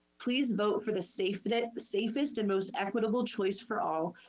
please vote for the safest and the safest and most equitable choice for all.